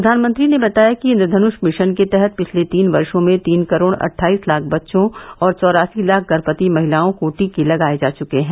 प्रधानमंत्र ने बताया कि इंद्रधनुष मिशन के तहत पिछले तीन वर्षो में तीन करोड़ अट्ठाईस लाख बच्चों और चौरासी लाख गर्भवती महिलाओं को टीके लगाए जा चुके हैं